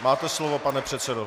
Máte slovo, pane předsedo.